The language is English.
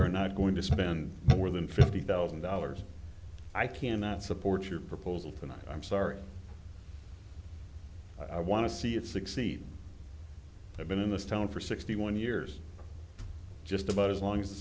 are not going to spend more than fifty thousand dollars i cannot support your proposal for now i'm sorry i want to see it succeed i've been in this town for sixty one years just about as long as the